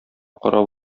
карап